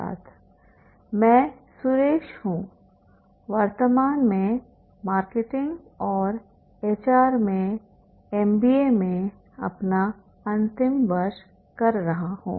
छात्र मैं सुरेश हूं वर्तमान में मार्केटिंग और एचआर में एमबीए में अपना अंतिम वर्ष कर रहा हूं